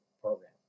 program